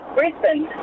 Brisbane